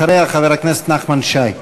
אחריה, חבר הכנסת נחמן שי.